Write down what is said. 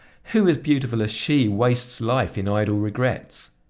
who as beautiful as she wastes life in idle regrets?